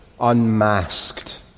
unmasked